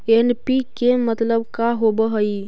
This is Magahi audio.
एन.पी.के मतलब का होव हइ?